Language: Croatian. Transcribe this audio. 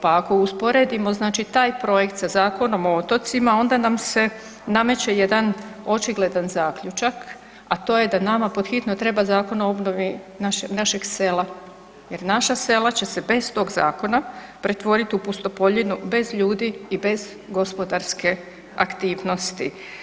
Pa ako usporedimo znači taj projekt sa Zakonom o otocima onda nam se nameće jedan očigledan zaključak, a to je da nama pod hitno treba Zakon o obnovi našeg sela jer naša sela će se bez tog zakona pretvorit u pustopoljinu bez ljudi i bez gospodarske aktivnosti.